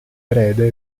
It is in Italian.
erede